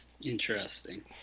interesting